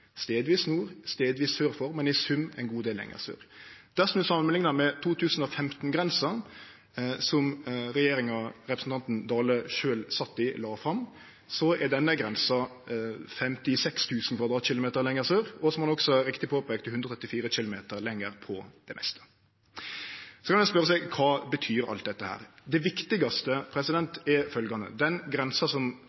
sør for, men i sum ein god del lenger sør. Dersom ein samanliknar med 2015-grensa som regjeringa som representanten Dale sjølv sat i, la fram, er denne grensa 56 000 km 2 lenger sør og, som han også riktig påpeikte, 134 km lenger sør på det meste. Så kan ein spørje seg kva alt dette betyr. Det viktigaste